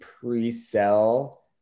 pre-sell